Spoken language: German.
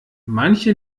manche